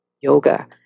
yoga